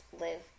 live